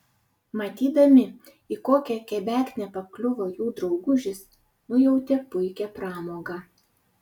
matydami į kokią kebeknę pakliuvo jų draugužis nujautė puikią pramogą